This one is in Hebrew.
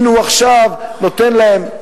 הנה הוא עכשיו נותן להם.